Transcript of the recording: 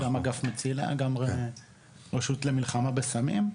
גם אגף מצילה גם רשות למלחמה בסמים.